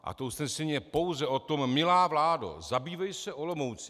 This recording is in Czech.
A to usnesení je pouze o tom: Milá vládo, zabývej se Olomoucí!